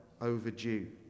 overdue